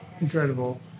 incredible